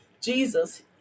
Jesus